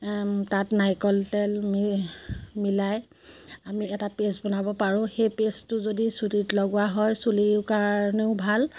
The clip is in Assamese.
তাত নাৰিকল তেল মি মিলাই আমি এটা পেষ্ট বনাব পাৰোঁ সেই পেষ্টটো যদি চুলিত লগোৱা হয় চুলিৰ কাৰণেও ভাল